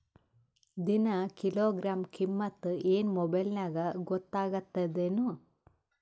ದಿನಾ ಕಿಲೋಗ್ರಾಂ ಕಿಮ್ಮತ್ ಏನ್ ಮೊಬೈಲ್ ನ್ಯಾಗ ಗೊತ್ತಾಗತ್ತದೇನು?